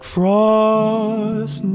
Frost